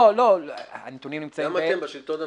גם אתם בשלטון המקומי,